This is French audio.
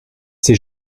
c’est